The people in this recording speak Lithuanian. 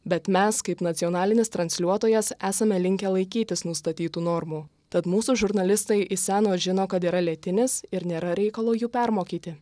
bet mes kaip nacionalinis transliuotojas esame linkę laikytis nustatytų normų tad mūsų žurnalistai iš seno žino kad yra lėtinis ir nėra reikalo jų permokyti